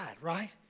right